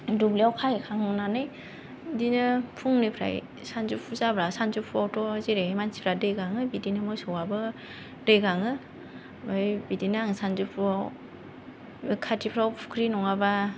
दुब्लियाव खाहैखांनानै बिदिनो फुंनिफ्राय सानजौफु जाबा सानजौफुआवथ' जेरै मानसिफ्रा दै गाङो बिदिनो मोसौआबो दै गाङो बिदिनो आङो सानजौफुाव खाथिफ्राव फुख्रि नङाबा